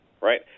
right